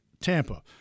Tampa